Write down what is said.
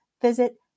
visit